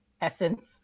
essence